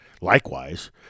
Likewise